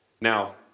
Now